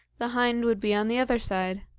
the hind would be on the other side.